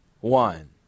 one